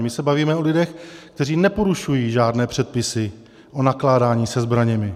My se bavíme o lidech, kteří neporušují žádné předpisy o nakládání se zbraněmi.